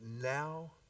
now